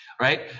Right